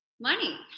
money